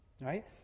right